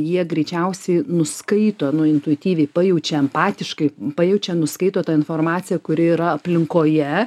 jie greičiausiai nuskaito intuityviai pajaučia empatiškai pajaučia nuskaito tą informaciją kuri yra aplinkoje